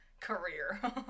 career